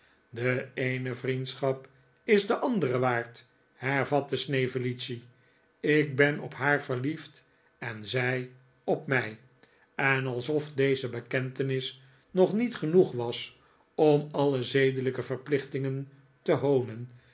de eene vriendschap is de andere waard hervatte snevellicci ik ben op haar verliefd en zij op mij en alsof deze bekentenis nog niet genoeg was om alle zedelijke verplichtingen te hoonen